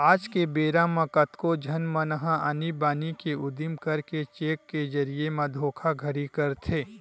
आज के बेरा म कतको झन मन ह आनी बानी के उदिम करके चेक के जरिए म धोखाघड़ी करथे